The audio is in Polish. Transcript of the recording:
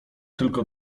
tylko